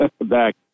back